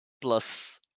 plus